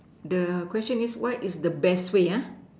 the question is what is the best way ah